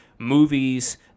movies